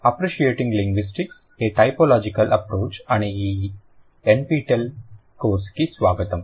appreciating linguistics a typological approach అనే ఈ NPTEL కోర్సుకు స్వాగతం